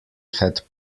had